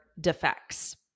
defects